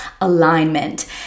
Alignment